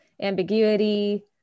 ambiguity